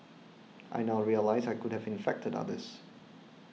I now realise I could have infected others